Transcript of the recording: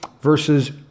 versus